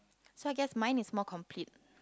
so I guess mine is more complete